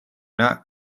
not